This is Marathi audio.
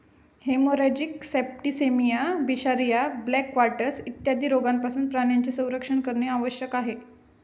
हेमोरॅजिक सेप्टिसेमिया, बिशरिया, ब्लॅक क्वार्टर्स इत्यादी रोगांपासून प्राण्यांचे संरक्षण करणे आवश्यक आहे